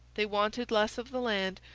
they wanted less of the land,